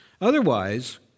Otherwise